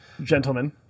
Gentlemen